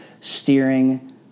steering